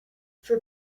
for